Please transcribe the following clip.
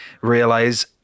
realize